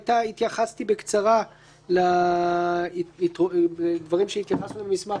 התייחסתי בקצרה לדברים שהתייחסנו במסמך